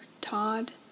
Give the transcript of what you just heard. Todd